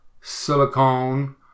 silicone